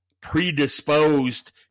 predisposed